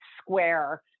square